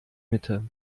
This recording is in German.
mitte